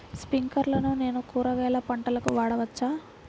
స్ప్రింక్లర్లను నేను కూరగాయల పంటలకు వాడవచ్చా?